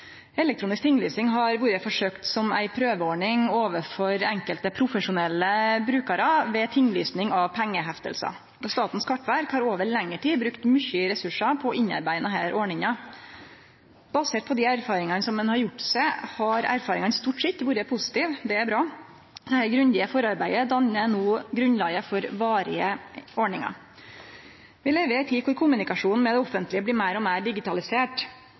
Elektronisk tinglysing har vore forsøkt som ei prøveordning overfor enkelte profesjonelle brukarar ved tinglysing av pengehefte. Statens kartverk har over lengre tid brukt mykje ressursar på å innarbeide denne ordninga. Dei erfaringane ein har gjort seg, har stort sett vore positive. Det er bra. Det grundige forarbeidet dannar no grunnlaget for varige ordningar. Vi lever i ei tid kor kommunikasjon med det offentlege blir meir og meir digitalisert.